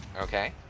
Okay